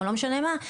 או לא משנה מה,